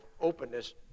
openness